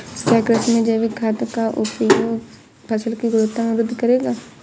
क्या कृषि में जैविक खाद का प्रयोग फसल की गुणवत्ता में वृद्धि करेगा?